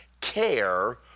care